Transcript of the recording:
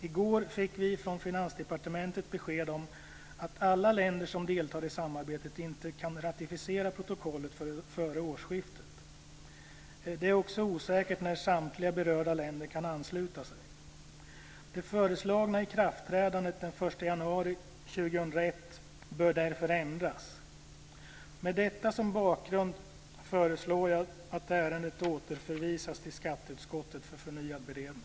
I går fick vi från Finansdepartementet besked om att alla länder som deltar i samarbetet inte kan ratificera protokollet före årsskiftet. Det är också osäkert när samtliga berörda länder kan ansluta sig. Det föreslagna ikraftträdandet den 1 januari 2001 bör därför ändras. Med detta som bakgrund föreslår jag att ärendet återförvisas till skatteutskottet för förnyad beredning.